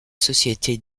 société